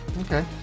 Okay